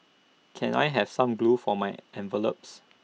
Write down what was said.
can I have some glue for my envelopes